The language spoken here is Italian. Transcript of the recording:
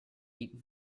poi